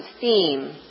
theme